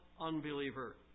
unbeliever